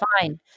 Fine